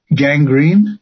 gangrene